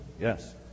Yes